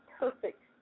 perfect